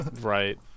right